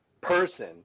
person